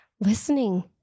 listening